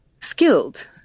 skilled